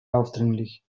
aufdringlich